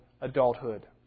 adulthood